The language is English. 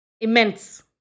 Immense